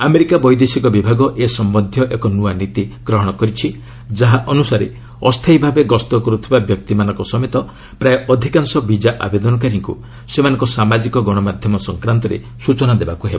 America ବୈଦେଶିକ ବିଭାଗ ଏ ସମ୍ଭନ୍ଧୀୟ ଏକ ନୂଆ ନୀତି ଗ୍ରହଣ କରିଛି ଯାହା ଅନୁସାରେ ଅସ୍ଥାୟୀ ଭାବେ ଗସ୍ତ କରୁଥିବା ବ୍ୟକ୍ତିମାନଙ୍କ ସମେତ ପ୍ରାୟ ଅଧିକାଂଶ ବିଜା ଆବେଦନକାରୀଙ୍କୁ ସେମାନଙ୍କ ସାମାଜିକ ଗଣମାଧ୍ୟମ ସଂକ୍ରାନ୍ତରେ ସୂଚନା ଦେବାକୁ ହେବ